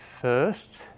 first